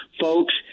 folks